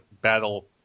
battle